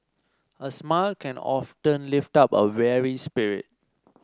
a smile can often lift up a weary spirit